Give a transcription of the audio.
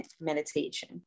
meditation